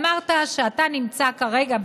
אמרת שאתה נמצא כרגע,